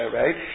right